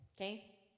Okay